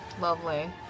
lovely